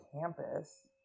campus